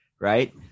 Right